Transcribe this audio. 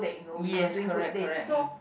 yes correct correct mm